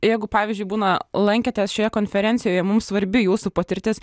jeigu pavyzdžiui būna lankėtės šioje konferencijoje mums svarbi jūsų patirtis